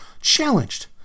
challenged